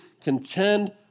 contend